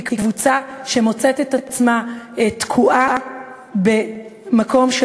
הן קבוצה שמוצאת את עצמה תקועה במקום של